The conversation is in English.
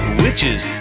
witches